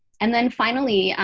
and then finally,